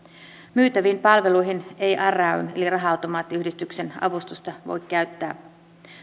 myytäviin palveluihin ei rayn eli raha automaattiyhdistyksen avustusta voi käyttää